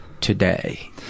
today